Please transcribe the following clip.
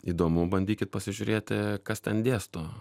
įdomu bandykit pasižiūrėti kas ten dėsto